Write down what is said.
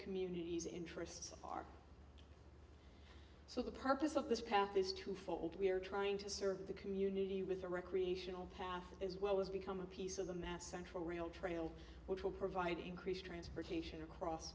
community's interests are so the purpose of this path is twofold we are trying to serve the community with a recreational path as well as become a piece of the mass central rail trail which will provide increased transportation across